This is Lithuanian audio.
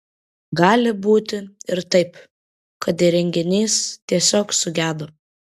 gali būti ir taip kad įrenginys tiesiog sugedo